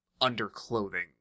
underclothing